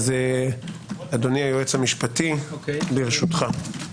אדוני היועץ המשפטי, ברשותך.